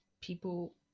people